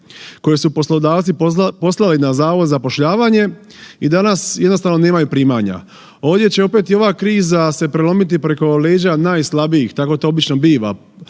koje su poslodavci poslali na HZZ i danas jednostavno nemaju primanja? Ovdje će opet i ova kriza se prelomiti preko leđa najslabijih, tako to obično biva,